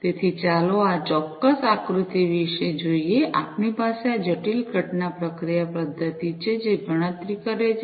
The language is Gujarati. તેથી ચાલો આ ચોક્કસ આકૃતિ જોઈએ આપણી પાસે આ જટિલ ઘટના પ્રક્રિયા પદ્ધતિ છે જે ગણતરી કરે છે